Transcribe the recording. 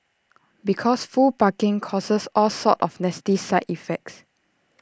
because full parking causes all sorts of nasty side effects